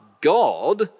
God